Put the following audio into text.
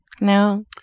no